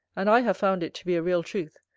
and i have found it to be a real truth,